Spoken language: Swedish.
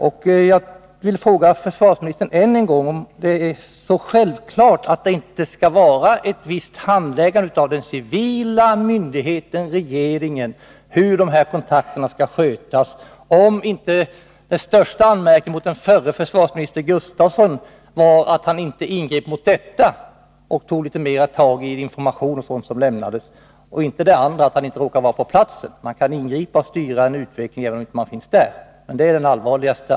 Jag vill än en gång fråga försvarsministern om det verkligen är självklart att inte den civila myndigheten — regeringen — skall handlägga frågan om hur kontakterna med pressen skall Nr 18 skötas. Den allvarligaste anmärkningen mot den förre försvarsministern, Torsdagen den Torsten Gustafsson, var enligt min mening inte att han inte råkade vara på 28 oktober 1982 platsen utan att han inte ingrep mot dessa uppvisningar och tog tag i frågan hur informationen skulle lämnas. Man kan styra en utveckling även om man Om militära myninte finns närvarande.